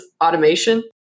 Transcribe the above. automation